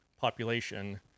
population